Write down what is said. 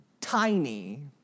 tiny